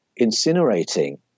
incinerating